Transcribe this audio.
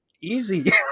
easy